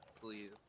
please